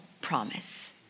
promise